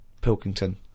Pilkington